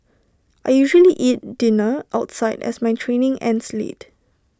I usually eat dinner outside as my training ends late